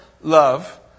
love